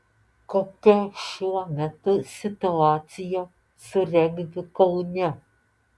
kokia šiuo metu situacija su regbiu kaune